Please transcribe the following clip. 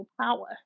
power